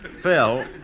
Phil